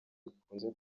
bikunze